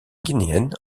guinéenne